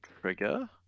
trigger